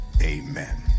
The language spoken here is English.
amen